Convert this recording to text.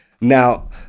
Now